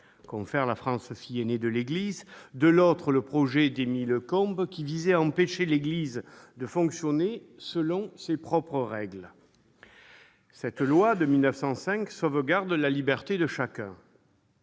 l'État-« la France, fille aînée de l'Église »-, et, de l'autre, le projet d'Émile Combes, qui visait à empêcher l'Église de fonctionner selon ses propres règles. La loi de 1905 sauvegarde la liberté de chacun.